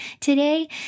today